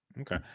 okay